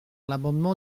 l’amendement